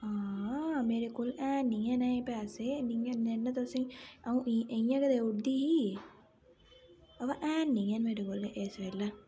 हां मेरे कोल हैन नी हैन अजें पैसे नेईं तां तुसें अ'ऊं इ'यां गै देउड़दी ही अवा हैन नी हैन मेरे कोल इस बेल्लै